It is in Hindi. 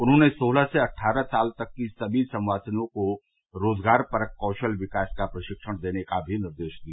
उन्होंने सोलह से अट्ठारह साल तक के सभी संवासियों को रोजगार परक कौशल विकास का प्रशिक्षण देने का भी निर्देश दिया